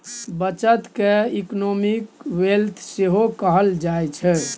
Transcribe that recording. बचत केँ economic wealth सेहो कहल जाइ छै